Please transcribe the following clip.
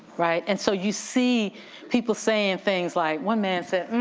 right and so you see people saying things like, one man said,